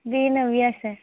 B Navya sir